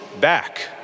back